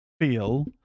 feel